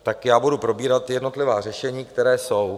Tak já budu probírat jednotlivá řešení, která jsou.